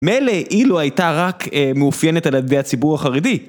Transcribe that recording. מילא, אילו הייתה רק מאופיינת על ידי הציבור החרדי.